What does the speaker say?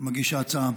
מגיש ההצעה,